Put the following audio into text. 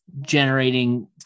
generating